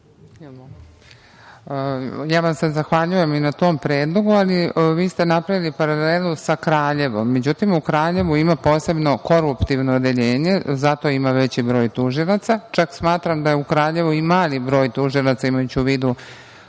vam se i na tom tom predlogu, ali vi ste napravili paralelu sa Kraljevom. Međutim, u Kraljevu ima posebno koruptivno odeljenje, zato ima veći broj tužilaca. Čak smatram da u Kraljevu mali broj tužilaca imajući u vidu